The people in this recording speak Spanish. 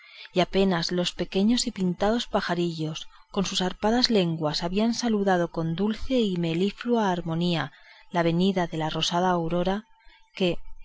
y apenas los pequeños y pintados pajarillos con sus arpadas lenguas habían saludado con dulce y meliflua armonía la venida de la rosada aurora que